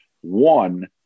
One